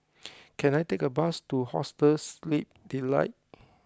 can I take a bus to Hostel Sleep Delight